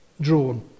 drawn